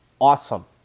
awesome